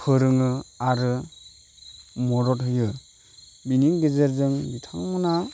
फोरोङो आरो मदद होयो बिनि गेजेरजों बिथांमोनहा